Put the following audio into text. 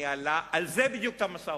ניהלה על זה בדיוק את המשא-ומתן.